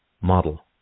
model